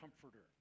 comforter